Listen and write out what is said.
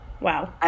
Wow